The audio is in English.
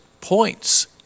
points